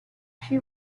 she